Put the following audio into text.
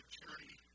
journey